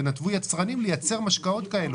תנתבו יצרנים לייצר משקאות כאלה.